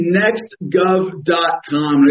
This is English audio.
nextgov.com